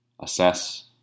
assess